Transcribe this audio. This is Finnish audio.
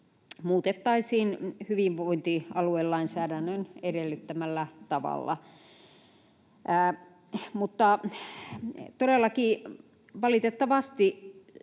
muutettaisiin hyvinvointialuelainsäädännön edellyttämällä tavalla. Todellakin